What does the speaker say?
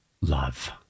love